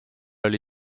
oli